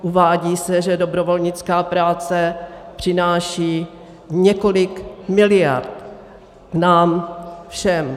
Uvádí se, že dobrovolnická práce přináší několik miliard nám všem.